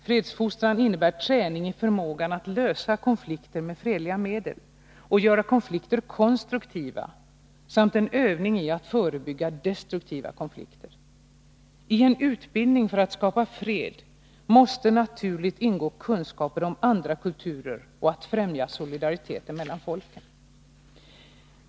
Fredsfostran innebär träning i förmågan att lösa konflikter med fredliga medel och att göra konflikter konstruktiva samt en övning i att förebygga destruktiva konflikter. I en utbildning för att skapa fred måste naturligt ingå kunskaper om andra kulturer och målet att främja solidariteten mellan folken.